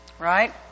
Right